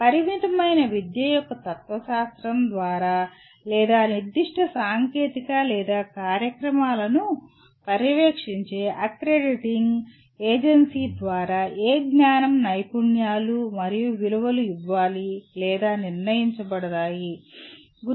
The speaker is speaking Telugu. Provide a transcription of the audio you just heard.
పరిమితమైన విద్య యొక్క తత్వశాస్త్రం ద్వారా లేదా నిర్దిష్ట సాంకేతిక లేదా కార్యక్రమాలను పర్యవేక్షించే అక్రెడిటింగ్ ఏజెన్సీ ద్వారా ఏ జ్ఞానం నైపుణ్యాలు మరియు విలువలు ఇవ్వాలి లేదా నిర్ణయించబడతాయి లేదా నిర్ణయించబడతాయి